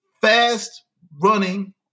fast-running